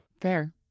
Fair